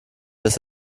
dass